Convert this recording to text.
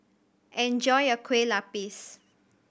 enjoy your Kueh Lupis